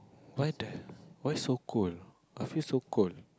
why the why so cold I feel so cold